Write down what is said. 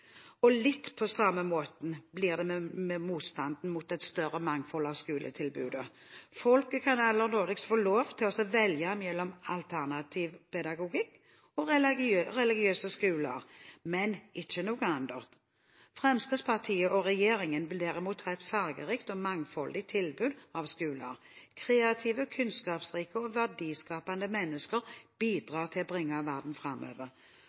fargar.» Litt på samme måte blir det med motstanden mot et større mangfold i skoletilbudet. Folket kan aller nådigst få lov til å velge mellom «alternativ pedagogikk» og religiøse skoler, men ikke noe annet. Fremskrittspartiet og regjeringen vil derimot ha et fargerikt og mangfoldig tilbud av skoler. Kreative, kunnskapsrike og verdiskapende mennesker bidrar til å bringe verden framover.